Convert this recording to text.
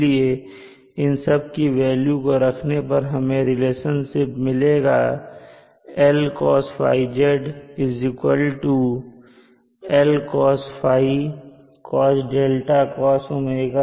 इसलिए इन सब की वेल्यू को रखने पर हमें यह रिलेशनशिप मिलेगा Lcosθz Lcosϕcosδcosω Lsinϕsinδ